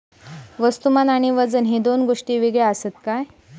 वस्तुमान आणि वजन हे दोन गोष्टी वेगळे आसत काय?